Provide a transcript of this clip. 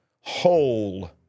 whole